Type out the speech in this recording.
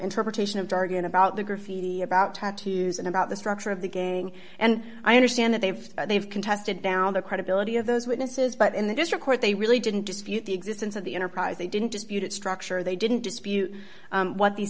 interpretation of jargon about the graffiti about tattoos and about the structure of the gang and i understand that they've they've contested down the credibility of those witnesses but in the district court they really didn't dispute the existence of the enterprise they didn't dispute it structure they didn't dispute what these